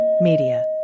Media